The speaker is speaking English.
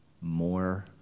more